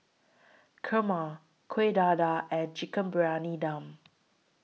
Kurma Kuih Dadar and Chicken Briyani Dum